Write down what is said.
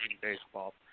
baseball